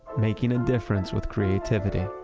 making a difference with creativity.